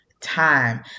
time